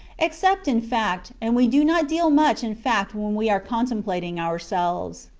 except in fact and we do not deal much in fact when we are contemplating ourselves.